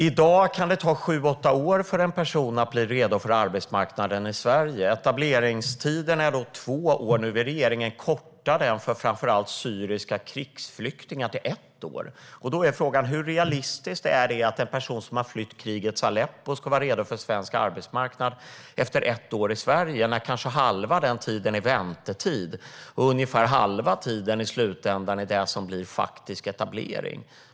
I dag kan det ta sju åtta år för en person att bli redo för arbetsmarknaden i Sverige. Etableringstiden är alltså två år, och nu vill regeringen korta den för framför allt syriska krigsflyktingar till ett år. Då är frågan: Hur realistiskt är det att en person som har flytt krigets Aleppo ska vara redo för svensk arbetsmarknad efter ett år i Sverige när kanske halva den tiden är väntetid och ungefär halva tiden i slutändan är det som blir faktisk etablering?